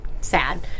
sad